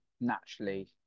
naturally